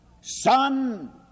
son